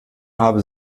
habe